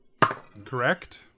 Correct